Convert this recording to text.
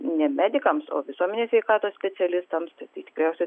ne medikams o visuomenės sveikatos specialistams tai tikriausiai